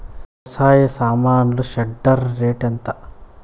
వ్యవసాయ సామాన్లు shredder rate ఎంత?